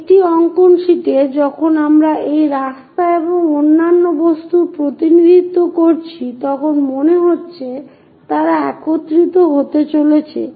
একটি অঙ্কন শীটে যখন আমরা এই রাস্তা এবং অন্যান্য বস্তুর প্রতিনিধিত্ব করছি তখন মনে হচ্ছে তারা একত্রিত হতে চলেছে